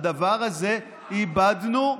הדבר הזה, איבדנו,